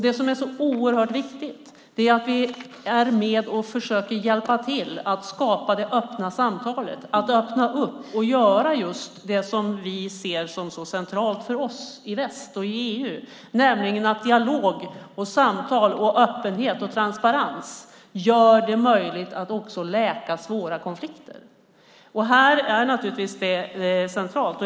Det som är så oerhört viktigt är att vi är med och försöker hjälpa till att skapa det öppna samtalet, att göra det som vi ser som så centralt i väst och i EU, nämligen att dialog, samtal, öppenhet och transparens gör det möjligt att läka också svåra konflikter. Här är det centralt.